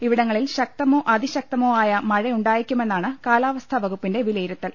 ഇവിടങ്ങളിൽ ശക്തമോ അതിശക്തമോ ആയ മഴ ഉണ്ടാ യേക്കുമെന്നാണ് കാലാവസ്ഥാ വകുപ്പിന്റെ വിലയിരുത്തൽ